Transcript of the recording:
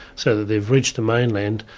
so that they've reached the mainland,